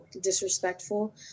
disrespectful